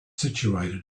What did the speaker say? situated